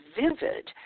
vivid